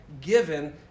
given